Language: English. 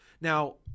Now